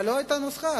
אבל לא היתה נוסחה.